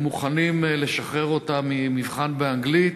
הם מוכנים לשחרר אותה ממבחן באנגלית.